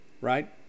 right